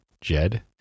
jed